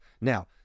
Now